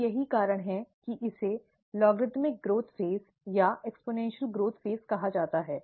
और यही कारण है कि इसे लघुगणक वृद्धि चरण या घातीय वृद्धि चरण कहा जाता है